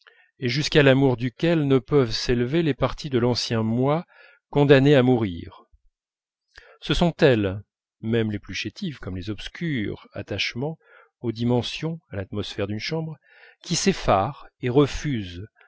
et jusqu'à l'amour duquel ne peuvent s'élever les parties de l'ancien moi condamnées à mourir ce sont elles même les plus chétives comme les obscurs attachements aux dimensions à l'atmosphère d'une chambre qui s'effarent et refusent